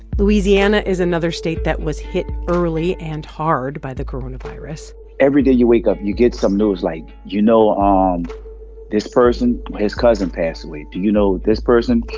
louisiana is another state that was hit early and hard by the coronavirus every day you wake up, you get some news. like, you know um this this person? his cousin passed away. do you know this person?